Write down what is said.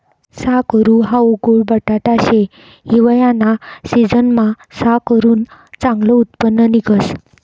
साकरू हाऊ गोड बटाटा शे, हिवायाना सिजनमा साकरुनं चांगलं उत्पन्न निंघस